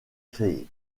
créées